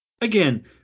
Again